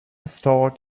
thought